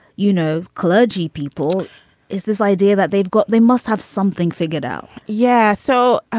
you know, clergy people is this idea that they've got they must have something figured out. yeah so ah